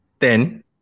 ten